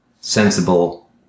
...sensible